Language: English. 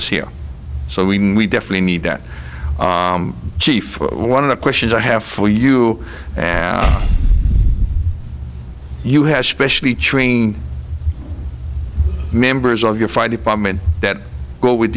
us here so we know we definitely need that chief one of the questions i have for you do you have specially trained members of your fire department that go with